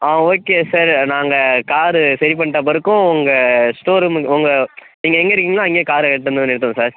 ஆ okay sir நாங்கள் car சரி பண்ணிட்ட பிறகும் உங்கள் ஸ்டோர் ரூம் உங்க நீங்கள் எங்கே இருக்கிங்களோ அங்கேயே காரை எடுத்துகிட்டு வந்து நிறுத்துவோம் சார்